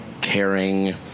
caring